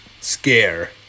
scare